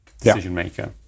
decision-maker